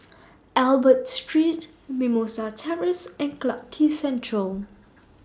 Albert Street Mimosa Terrace and Clarke Quay Central